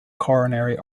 coronary